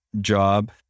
job